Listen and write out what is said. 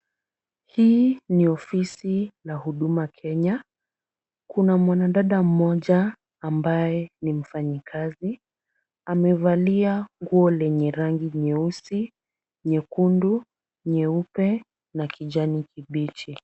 Hii ni ofisi la Huduma Kenya. Kuna dada moja ambaye ni mfanyikazi, amevalia nguo lenye rangi nyeusi, nyekundu, nyeupe na kijani kibichi.